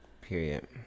period